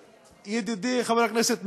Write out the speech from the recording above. ידידי חבר הכנסת מרגי.